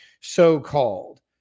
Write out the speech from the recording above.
so-called